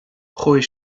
chuaigh